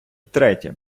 третє